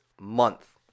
month